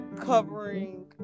covering